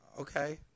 Okay